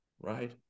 Right